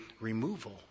removal